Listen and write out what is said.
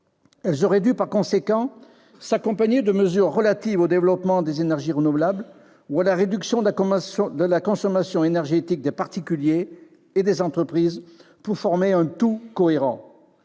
Elles auraient dû par conséquent s'accompagner de mesures relatives au développement des énergies renouvelables ou à la réduction de la consommation énergétique des particuliers et des entreprises pour former un « tout » cohérent.